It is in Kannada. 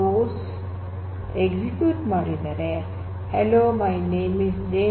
" ಎಕ್ಸಿಕ್ಯೂಟ್ ಮಾಡಿದರೆ hello my name is Jane